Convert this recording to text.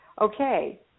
okay